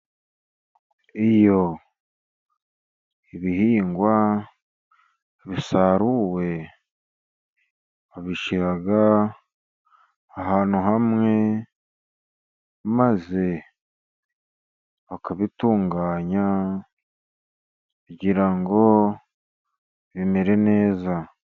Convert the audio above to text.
Iyo ibihingwa bisaruwe babishyira ahantu hamwe, maze bakabitunganya kugira ngo bimere neza.